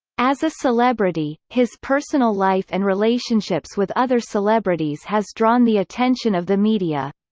as a celebrity, his personal life and relationships with other celebrities has drawn the attention of the media.